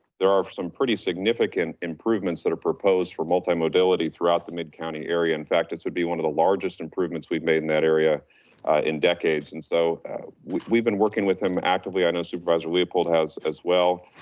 there are some pretty significant improvements that are proposed for multi modality throughout the mid-county area. in fact, it would be one of the largest improvements we've made in that area in decades and so we've we've been working with him actively, i know supervisor leopold has as well.